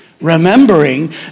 remembering